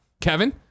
Kevin